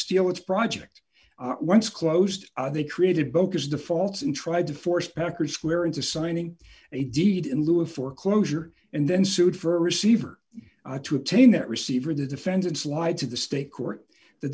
steal its broad act out once closed they created bocas defaults and tried to force packer square into signing a deed in lieu of foreclosure and then sued for a receiver to obtain that receiver the defendants lied to the state court the